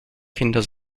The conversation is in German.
kinder